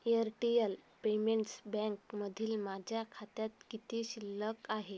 Airtel payments बँकमधील माझ्या खात्यात किती शिल्लक आहे